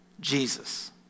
Jesus